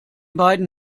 beiden